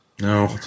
No